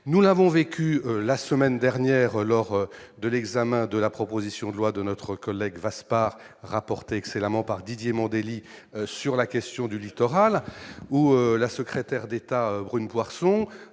nous n'avons vécu la semaine dernière lors de l'examen de la proposition de loi de notre collègue pas rapporter excellemment par Didier Mandelli sur la question du du Toral ou la secrétaire d'État brune Poirson,